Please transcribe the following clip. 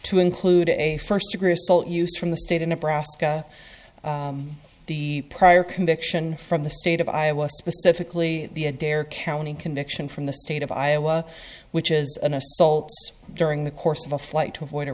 to include a first degree assault used from the state of nebraska the prior conviction from the state of iowa specifically the dare county conviction from the state of iowa which is an assault during the course of a flight to avoid a